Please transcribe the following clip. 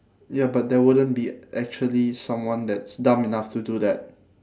ya but there wouldn't be actually someone that's dumb enough to do that